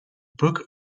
book